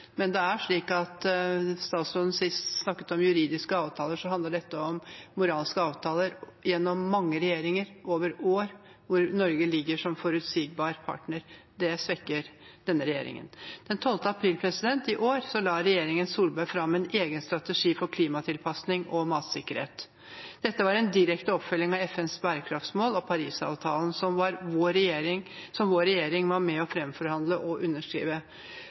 Men det er slik at mens statsråden sist snakket om juridiske avtaler, så handler dette om moralske avtaler – gjennom mange regjeringer, over år – hvor Norge ligger som en forutsigbar partner. Det svekker denne regjeringen. Den 12. april i år la regjeringen Solberg fram en egen strategi for klimatilpasning og matsikkerhet. Dette var en direkte oppfølging av FNs bærekraftsmål og Parisavtalen, som vår regjering var med på å fremforhandle og underskrive.